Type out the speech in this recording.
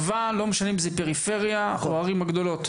לא משנה אם זה בפריפריה או בערים הגדולות.